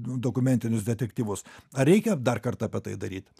dokumentinius detektyvus ar reikia dar kartą apie tai daryt